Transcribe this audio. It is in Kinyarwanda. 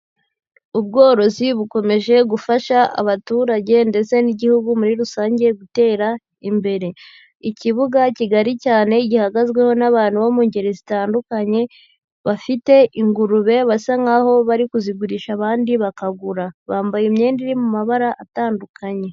Ubworozi bukomeje gufasha abaturage ndetse n'igihugu muri rusange gutera imbere. Ikibuga kigari cyane, gihagazweho n'abantu bo mu ngeri zitandukanye, bafite ingurube, basa nkaho bari kuzigurisha, abandi bakagura. Bambaye imyenda iri mu mabara atandukanye.